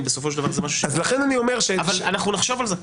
אנחנו נחשוב על זה.